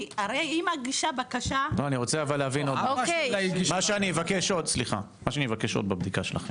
כי הרי היא מגישה בקשה --- מה שאני אבקש עוד בבדיקה שלכם,